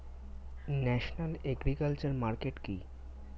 National agriculture market কি?